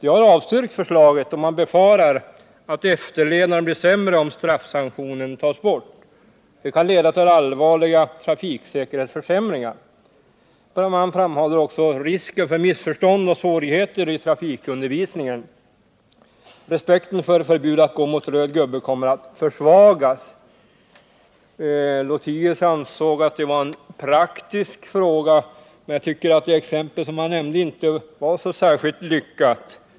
De har avstyrkt förslaget, då de befarar att efterlevnaden blir sämre, om straffsanktionen tas bort. Det kan leda till allvarliga trafiksäkerhetsförsämringar. Man framhåller också risken för missförstånd och svårigheter i trafikundervisningen. Respekten för förbudet att gå mot röd gubbe kommer att försvagas. Herr Lothigius anser att det är en principfråga, men jag tycker att hans exempel inte är så särskilt lyckat.